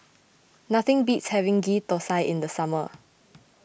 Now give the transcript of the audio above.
nothing beats having Ghee Thosai in the summer